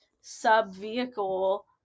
sub-vehicle